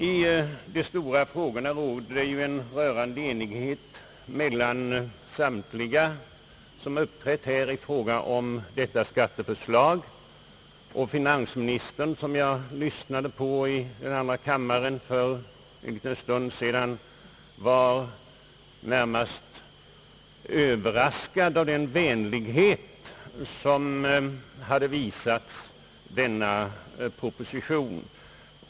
I de stora frågorna råder ju en rörande enighet mellan samtliga talare som yttrat sig om detta skatteförslag, och finansministern, som jag lyssnade på i andra kammaren för en stund sedan, var närmast överraskad över den vänlighet som visats denna proposition.